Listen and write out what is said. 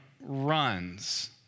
runs